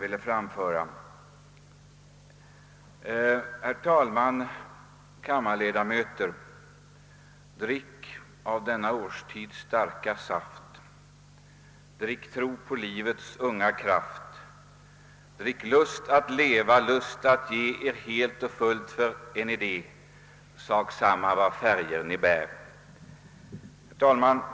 Herr talman, kammarledamöter! Drick av denna årstids starka saft, drick tro på livets unga kraft, drick lust att leva, lust att ge er helt och fullt för en idé, sak samma vad färger ni bär. Herr talman!